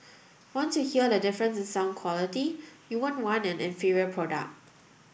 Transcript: once you hear the difference in sound quality you won't want an inferior product